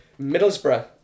Middlesbrough